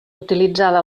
utilitzada